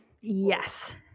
yes